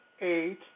eight